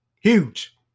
Huge